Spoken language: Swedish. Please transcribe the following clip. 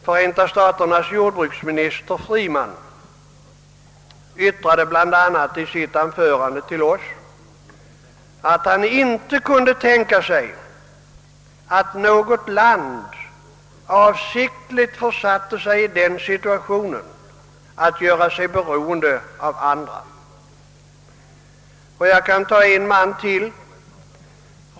Förenta = staternas jordbruksminister Freeman yttrade bl.a. i sitt anförande till oss, att han inte kunde tänka sig att något land avsiktligt försatte sig i den situationen att det gjorde sig beroende av andra.